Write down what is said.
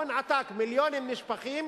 הון עתק, מיליונים נשפכים